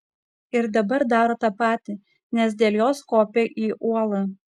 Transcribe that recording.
ir dabar daro tą patį nes dėl jos kopia į uolą